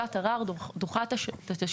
הגשת ערר דוחה את התשלום.